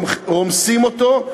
רומסים אותו,